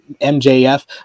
MJF